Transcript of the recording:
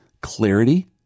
Clarity